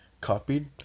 copied